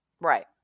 Right